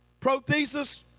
prothesis